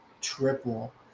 triple